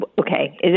okay